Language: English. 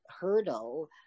hurdle